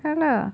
ya lah